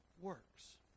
works